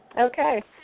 Okay